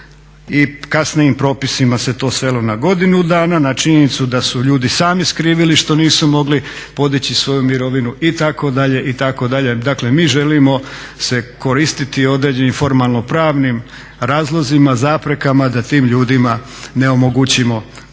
i kasnijim propisima se to svelo na godinu dana na činjenicu da su ljudi sami skrivili što nisu mogli podići svoju mirovinu itd., itd.. Dakle mi želimo se koristiti određenim formalno pravnim razlozima, zaprekama da tim ljudima ne omogućimo da steknu